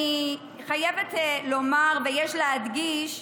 אני חייבת לומר, ויש להדגיש,